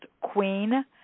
Queen